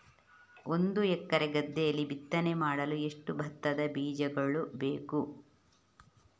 ಒಂದು ಎಕರೆ ಗದ್ದೆಯಲ್ಲಿ ಬಿತ್ತನೆ ಮಾಡಲು ಎಷ್ಟು ಭತ್ತದ ಬೀಜಗಳು ಬೇಕು?